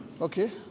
Okay